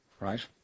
right